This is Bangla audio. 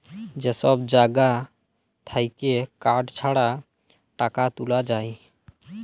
যে সব জাগা থাক্যে কার্ড ছাড়া টাকা তুলা যায়